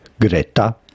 Greta